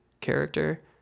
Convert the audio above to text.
character